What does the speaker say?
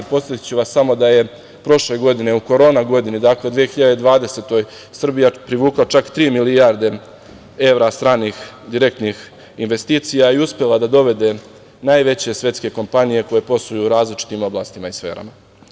Podsetiću vas da je prošle godine u korona godini, dakle 2020, Srbija privukla čak 3 milijarde evra stranih direktnih investicija i uspela da dovede najveće svetske kompanije koje posluju u različitim oblastima i sferama.